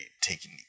taking